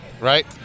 Right